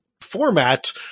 format